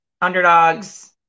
underdogs